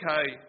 okay